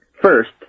First